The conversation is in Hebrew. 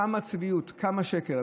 כמה צביעות, כמה שקר.